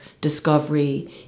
discovery